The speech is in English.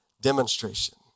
demonstration